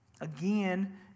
again